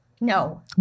No